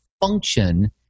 function